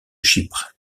chypre